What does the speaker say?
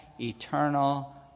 eternal